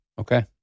Okay